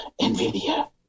nvidia